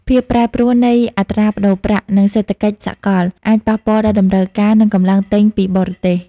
ភាពប្រែប្រួលនៃអត្រាប្តូរប្រាក់ និងសេដ្ឋកិច្ចសកល អាចប៉ះពាល់ដល់តម្រូវការ និងកម្លាំងទិញពីបរទេស។